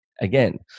again